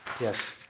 Yes